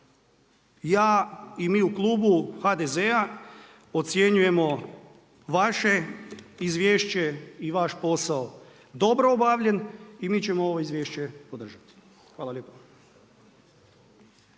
ja i mi u klubu HDZ-a ocjenjujemo vaše izvješće i vaš posao dobro obavljan i mi ćemo ovo izvješće podržati. Hvala lijepa.